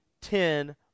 ten